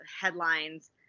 headlines